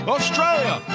Australia